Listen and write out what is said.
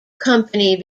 company